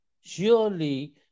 surely